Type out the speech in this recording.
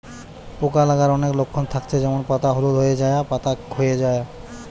পোকা লাগার অনেক লক্ষণ থাকছে যেমন পাতা হলুদ হয়ে যায়া, পাতা খোয়ে যায়া